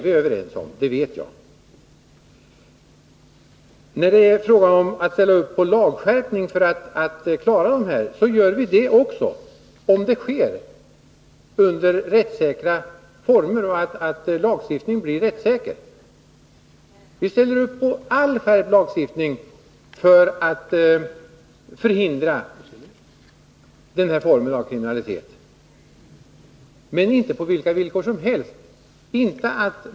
Vi ställer upp på lagskärpning för att klara detta, om det sker under rättssäkra former. Vi ställer upp på all skärpt lagstiftning för att förhindra den här formen av kriminalitet, men inte på vilka villkor som helst.